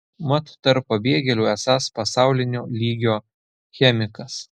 mat tarp pabėgėlių esąs pasaulinio lygio chemikas